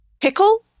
pickle